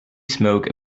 smoke